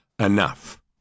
enough